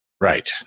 Right